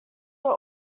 were